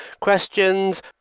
questions